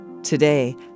Today